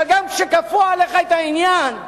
אבל גם כשכפו עליך את העניין,